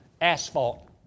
asphalt